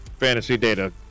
fantasydata